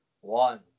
one